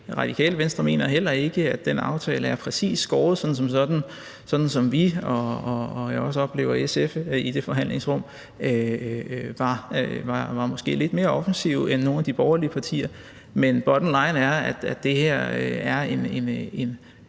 Radikale Venstre mener heller ikke, at den aftale er skåret, præcis sådan som vi ville. Og som jeg også oplevede SF i det forhandlingsrum, var de måske lidt mere offensive end nogen af de borgerlige partier. Men bottomline er, at det her er en